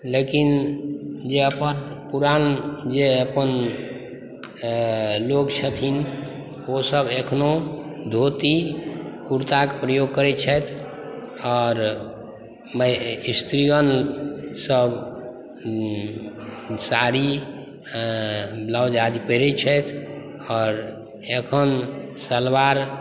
लेकिन जे अपन पुरान जे अपन लोग छथिन ओसब एखनहु धोती कुरताके प्रयोग करैत छथि आओर स्त्रीगणसब साड़ी ब्लाउज आदि पहिरै छथि आओर एखन सलवार